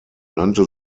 nannte